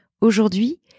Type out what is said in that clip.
Aujourd'hui